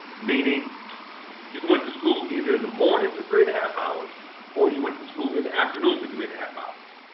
meaning you went to school either in the morning for three and a half hours or you went to school in the afternoon for three and a half hours.